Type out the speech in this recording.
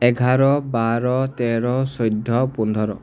এঘাৰ বাৰ তেৰ চৈধ্য পোন্ধৰ